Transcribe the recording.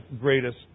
greatest